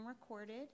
recorded